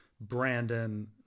Brandon